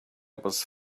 was